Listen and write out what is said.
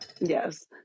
yes